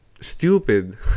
stupid